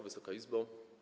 Wysoka Izbo!